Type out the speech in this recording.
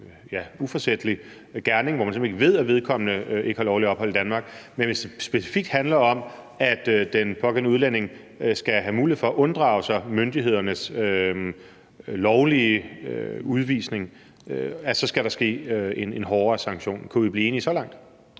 uforsætlig gerning, hvor man simpelt hen ikke ved, at vedkommende ikke har lovligt ophold i Danmark. Men hvis det specifikt handler om, at den pågældende udlænding skal have mulighed for at unddrage sig myndighedernes lovlige udvisning, så skal der ske en hårdere sanktion. Kunne vi blive enige så langt?